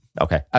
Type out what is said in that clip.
okay